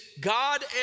God